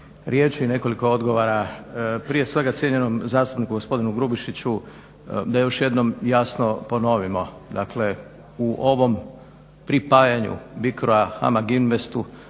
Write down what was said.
riječi i nekoliko odgovora prije svega cijenjenom zastupniku gospodinu Grubišiću da još jednom jasno ponovimo. Dakle u ovom pripajanju BIRCO-a HAMAG INVEST-u